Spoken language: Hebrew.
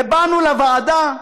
ובאנו לוועדה,